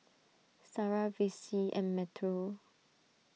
Sarrah Vicy and Metro